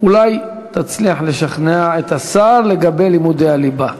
אולי תצליח לשכנע את השר לגבי לימודי הליבה.